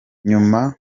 nyuma